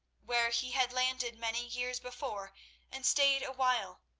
where he had landed many years before and stayed awhile,